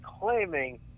claiming